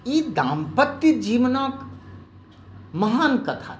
ई दाम्पत्य जीवनक महान कथा थीक